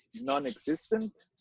non-existent